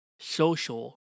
social